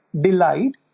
delight